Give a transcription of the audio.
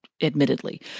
admittedly